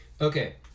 Okay